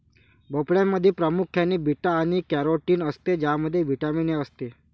भोपळ्यामध्ये प्रामुख्याने बीटा आणि कॅरोटीन असते ज्यामध्ये व्हिटॅमिन ए असते